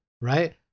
right